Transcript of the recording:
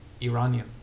Iranian